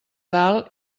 dalt